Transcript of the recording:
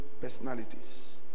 personalities